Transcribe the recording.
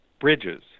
bridges